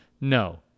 No